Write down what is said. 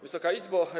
Wysoka Izbo!